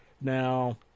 Now